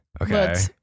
Okay